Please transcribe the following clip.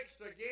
again